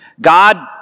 God